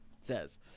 says